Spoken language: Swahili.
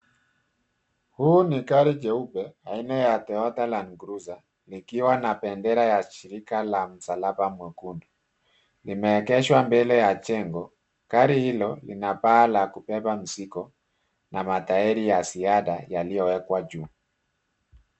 Huu ni gari jeupe aina ya Toyota Land Cruiser likiwa na bendera ya shirika la msalaba mwekundu. Imeegeshwa mbele ya jengo, gari hilo ina paa la kubeba mzigo na matairi ya ziada yaliyowekwa juu.